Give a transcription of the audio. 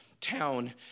town